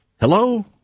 Hello